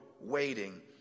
waiting